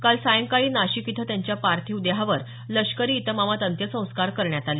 काल सायंकाळी नाशिक इथं त्यांच्या पार्थिव देहावर लष्करी इतमामात अंत्यसंस्कार करण्यात आले